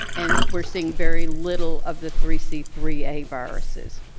and we're seeing very little of the three c three a viruses.